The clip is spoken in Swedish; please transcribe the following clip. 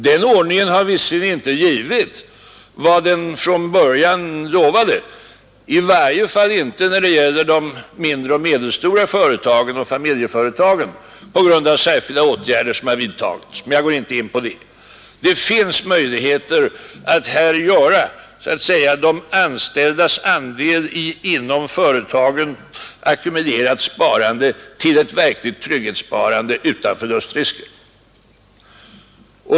Den ordningen har visserligen inte givit vad den från början lovade, i varje fall inte när de gäller de mindre och medelstora företagen och familjeföretagen, detta på grund av särskilda åtgärder som har vidtagits, men som jag inte går in på. Emellertid finns det möjligheter att göra de anställdas andel i inom företagen ackumulerat sparande till ett verkligt trygghetssparande utan förlustrisker.